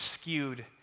skewed